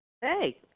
hey